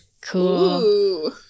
Cool